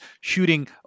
shooting